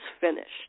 finished